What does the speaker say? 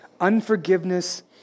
unforgiveness